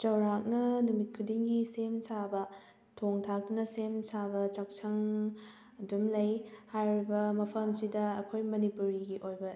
ꯆꯧꯔꯥꯛꯅ ꯅꯨꯃꯤꯠ ꯈꯨꯗꯤꯡꯒꯤ ꯁꯦꯝ ꯁꯥꯕ ꯊꯣꯡ ꯊꯥꯛꯇꯨꯅ ꯁꯦꯝ ꯁꯥꯕ ꯆꯥꯛꯁꯪ ꯑꯗꯨꯝ ꯂꯩ ꯍꯥꯏꯔꯤꯕ ꯃꯐꯝꯁꯤꯗ ꯑꯩꯈꯣꯏ ꯃꯅꯤꯄꯨꯔꯤ ꯑꯣꯏꯕ